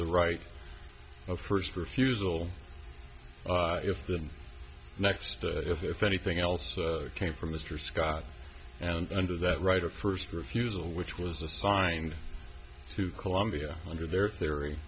the right of first refusal if the next if anything else came from mr scott and under that right of first refusal which was assigned to columbia under their theory